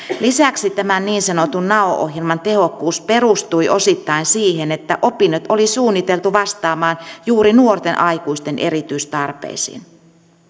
lisäksi tämän niin sanotun nao ohjelman tehokkuus perustui osittain siihen että opinnot oli suunniteltu vastaamaan juuri nuorten aikuisten erityistarpeisiin